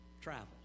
travel